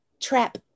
trap